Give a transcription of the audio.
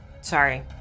sorry